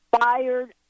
Fired